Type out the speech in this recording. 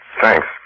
Thanks